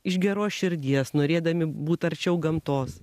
iš geros širdies norėdami būt arčiau gamtos